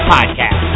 Podcast